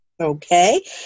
Okay